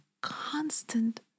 constant